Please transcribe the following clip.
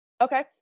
Okay